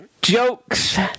Jokes